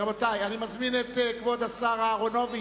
רבותי, אני מזמין את כבוד השר יצחק